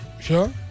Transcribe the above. Sure